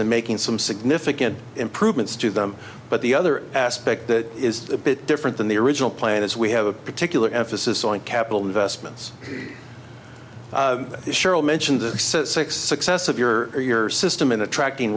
and making some significant improvements to them but the other aspect that is a bit different than the original plan is we have a particular emphasis on capital investments cheryl mentioned the six success of your or your system in attracting